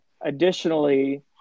additionally